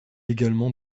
également